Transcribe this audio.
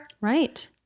Right